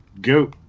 go